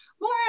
more